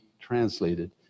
translated